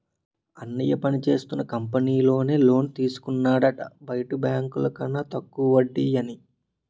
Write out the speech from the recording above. అన్నయ్య పనిచేస్తున్న కంపెనీలో నే లోన్ తీసుకున్నాడట బయట బాంకుల కన్న తక్కువ వడ్డీ అని